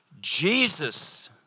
Jesus